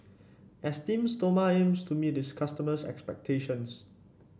Esteem Stoma aims to meet its customers' expectations